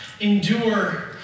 endure